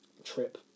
trip